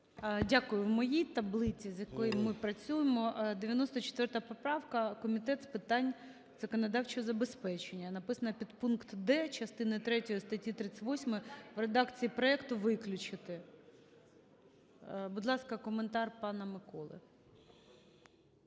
Дякую. В моїй таблиці, з якою ми працюємо, 94 поправка, Комітет з питань законодавчого забезпечення, написано: "Підпункт "д" частини третьої статті 38 (в редакції проекту) виключити". Будь ласка, коментар пана Миколи.